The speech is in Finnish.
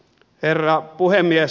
herra puhemies